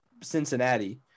Cincinnati